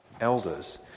elders